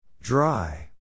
Dry